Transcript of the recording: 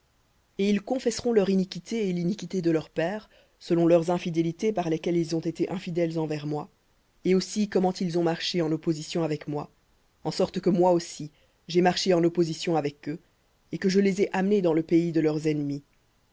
et ils confesseront leur iniquité et l'iniquité de leurs pères selon leurs infidélités par lesquelles ils ont été infidèles envers moi et aussi comment ils ont marché en opposition avec moi en sorte que moi aussi j'ai marché en opposition avec eux et que je les ai amenés dans le pays de leurs ennemis